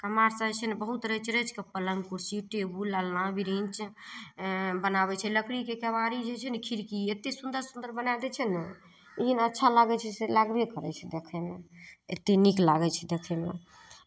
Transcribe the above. कुम्हार सब छै ने बहुत रचि रचि कऽ पलङ्ग कुर्सी टेबुल अलना ब्रैंच बनाबय छै लकड़ीके केबारी जे होइ छै ने खिड़की एते सुन्दर सुन्दर बना दै छै ने लेकिन अच्छा लागय छै से लागबे करय छै देखयमे एते नीक लागय छै देखयमे